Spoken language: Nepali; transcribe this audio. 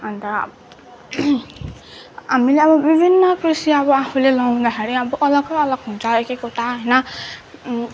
अन्त हामीले अब विभिन्न कृषि अब आफूले लाउँदाखेरि अब अलग अलग हुन्छ एक एकवटा होइन